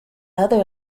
other